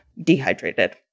dehydrated